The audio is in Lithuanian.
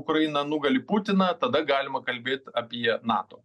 ukraina nugali putiną tada galima kalbėt apie nato